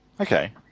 Okay